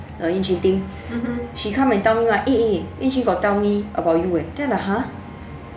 the ying ching thing she come and tell me like eh eh eh ying ching got tell me about you eh then I'm like !huh!